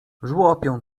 żłopią